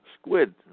squid